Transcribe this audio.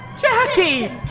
Jackie